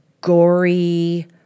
gory